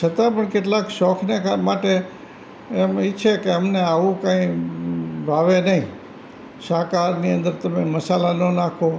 છતાં પણ કેટલાક શોખને માટે એમ ઈચ્છે કે અમને આવુ કંઇ ભાવે નહીં શાકાહારની અંદર તમે મસાલા ના નાખો